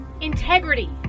integrity